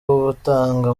batanga